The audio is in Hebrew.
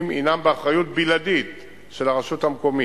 הם באחריות בלעדית של הרשות המקומית.